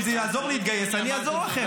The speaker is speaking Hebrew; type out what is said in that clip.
אם זה יעזור להתגייס, אני אעזור לכם.